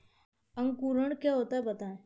अंकुरण क्या होता है बताएँ?